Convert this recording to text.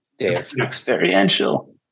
Experiential